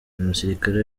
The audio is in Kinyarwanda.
umusirikare